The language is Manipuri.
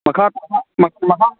ꯃꯈꯥ ꯇꯥꯕ ꯃꯈꯥ